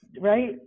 right